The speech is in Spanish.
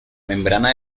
membrana